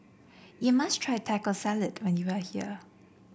you must try Taco Salad when you are here